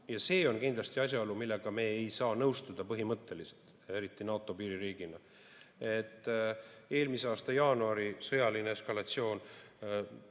See on kindlasti asjaolu, millega me ei saa põhimõtteliselt nõustuda, eriti NATO piiririigina. Eelmise aasta jaanuari sõjaline eskalatsioon